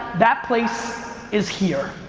that place is here.